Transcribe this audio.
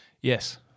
Yes